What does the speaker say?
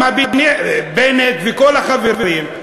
הם, בנט וכל החברים,